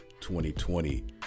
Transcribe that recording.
2020